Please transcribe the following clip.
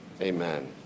Amen